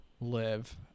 live